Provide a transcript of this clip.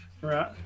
Right